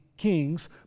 Kings